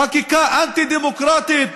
חקיקה אנטי-דמוקרטית,